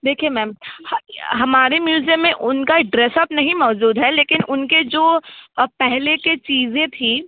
देखिए मैम हमारे म्यूज़ियम में उनका ड्रेस अप नहीं मौजूद है लेकिन उनके जो पहले की चीज़ें थीं